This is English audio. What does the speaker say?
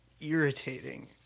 irritating